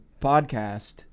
podcast